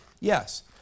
Yes